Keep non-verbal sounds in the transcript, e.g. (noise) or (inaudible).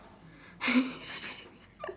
(laughs)